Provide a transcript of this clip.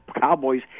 Cowboys –